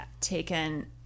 taken